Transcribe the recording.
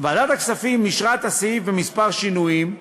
ועדת הכספים אישרה את הסעיף עם כמה שינויים,